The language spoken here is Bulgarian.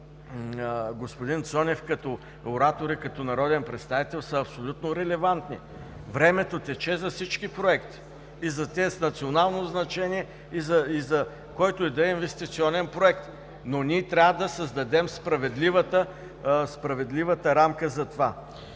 господин Цонев като оратор и като народен представител, са абсолютно релевантни. Времето тече за всички проекти – и за тези с национално значение, и за който и да е инвестиционен проект! Ние трябва да създадем справедливата рамка за това.